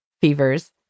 fevers